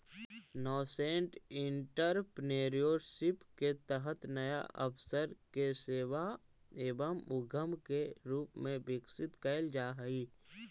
nascent entrepreneurship के तहत नया अवसर के सेवा एवं उद्यम के रूप में विकसित कैल जा हई